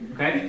Okay